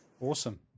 Awesome